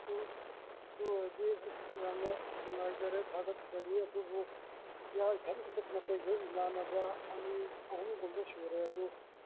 ꯑꯗꯨ ꯑꯗꯨ ꯑꯣꯏꯔꯗꯤ ꯑꯁ ꯌꯥꯝꯅ ꯅꯨꯡꯉꯥꯏꯖꯔꯦ ꯊꯥꯒꯠꯆꯔꯤ ꯑꯗꯨꯕꯨ ꯑꯩꯍꯥꯛ ꯏꯊꯟꯗ ꯅꯠꯇꯦ ꯑꯩꯈꯣꯏ ꯏꯃꯥꯟꯅꯕ ꯑꯅꯤ ꯑꯍꯨꯝꯒꯨꯝꯕ ꯁꯨꯔꯦ ꯑꯗꯨ